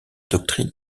doctrine